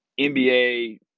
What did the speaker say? NBA